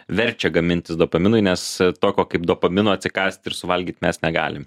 verčia gamintis dopaminui nes tokio kaip dopamino atsikąst ir suvalgyt mes negalim